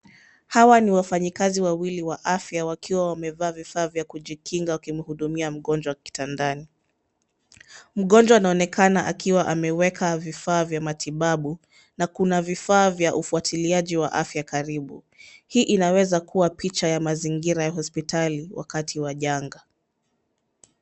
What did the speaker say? Hawa ni wafanyakazi wawili wa afya, wakiwa wamevaa vifaa vya kujikinga wakimhudumia mgonjwa kitandani. Mgonjwa anaonekana akiwa ameweka vifaa vya matibabu, na kuna vifaa vya ufuatiliaji wa afya karibu. Hii inaweza kuwa picha ya mazingira ya hospitali wakati wa janga.